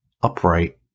upright